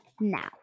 now